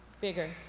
Bigger